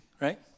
right